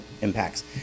impacts